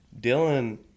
Dylan